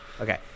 okay